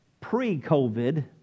pre-COVID